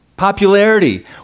popularity